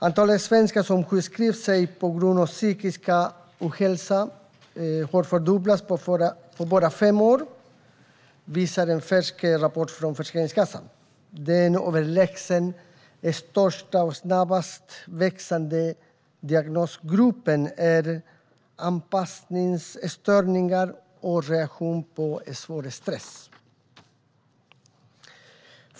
Antalet svenskar som sjukskrivs på grund av psykisk ohälsa har fördubblats på bara fem år - det visar en färsk rapport från Försäkringskassan. Den överlägset största och snabbast växande diagnosgruppen är anpassningsstörningar och reaktion på svår stress.